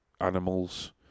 animals